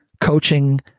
coaching